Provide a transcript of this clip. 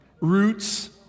Roots